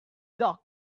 dog